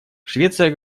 швеция